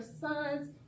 sons